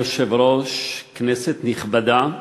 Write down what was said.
אדוני היושב-ראש, תודה, כנסת נכבדה,